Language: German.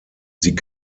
sie